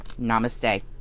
namaste